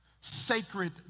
sacred